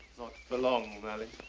not for long, merlin,